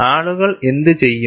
ആളുകൾ എന്തുചെയ്യും